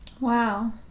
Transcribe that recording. Wow